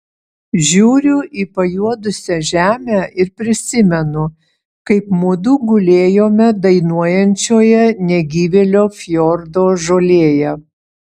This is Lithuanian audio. žiūriu į pajuodusią žemę ir prisimenu kaip mudu gulėjome dainuojančioje negyvėlio fjordo žolėje